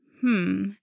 Hmm